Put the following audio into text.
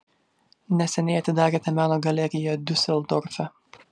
neseniai atidarėte meno galeriją diuseldorfe